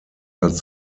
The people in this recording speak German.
als